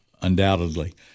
undoubtedly